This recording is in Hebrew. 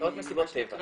--- מאות מסיבות טבע.